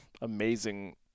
amazing